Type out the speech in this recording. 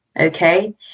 okay